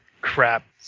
crap